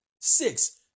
six